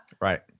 right